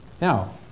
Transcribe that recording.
Now